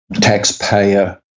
taxpayer